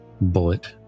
bullet